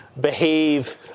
behave